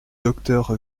docteur